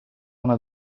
una